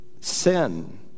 Sin